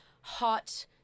hot